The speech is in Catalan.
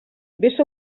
vés